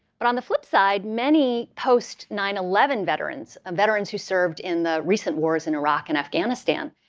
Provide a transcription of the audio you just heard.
but on the flip side, many post nine eleven veterans, veterans who served in the recent wars in iraq and afghanistan.